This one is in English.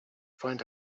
find